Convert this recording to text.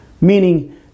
meaning